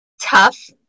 tough